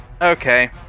okay